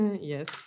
yes